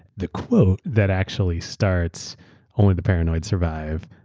the quote that actually starts only the paranoid survive,